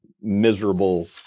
miserable